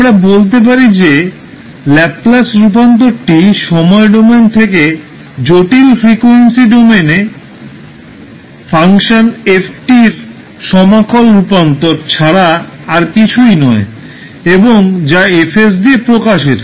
আমরা বলতে পারি যে ল্যাপলাস রূপান্তরটি সময় ডোমেন থেকে জটিল ফ্রিকোয়েন্সি ডোমেইনে ফাংশন f এর সমাকল রূপান্তর ছাড়া আর কিছুই নয় এবং যা F দিয়ে প্রকাশিত